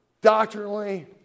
Doctrinally